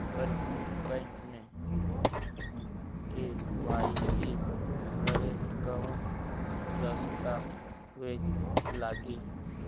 Bank मे KYC भरेला कवन दस्ता वेज लागी?